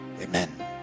Amen